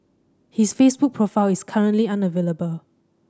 his Facebook profile is currently unavailable